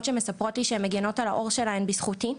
שמספרות לי שהן מגנות על העור שלהן בזכותי,